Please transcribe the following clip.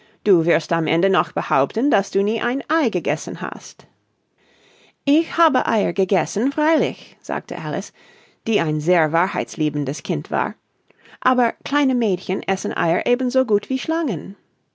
du wirst am ende noch behaupten daß du nie ein ei gegessen hast ich habe eier gegessen freilich sagte alice die ein sehr wahrheitsliebendes kind war aber kleine mädchen essen eier eben so gut wie schlangen